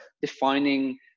defining